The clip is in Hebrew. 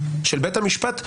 של בית המשפט,